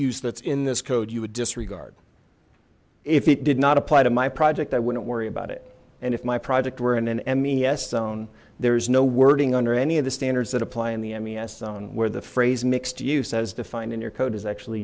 use that's in this code you would disregard if it did not apply to my project i wouldn't worry about it and if my project were in an mes zone there is no wording under any of the standards that apply in the mes where the phrase mixed use as defined in your code is actually